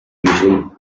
usually